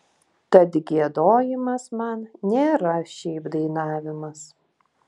tad giedojimas man nėra šiaip dainavimas